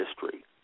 history